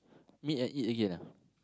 meet and eat again ah